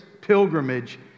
pilgrimage